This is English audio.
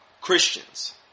Christians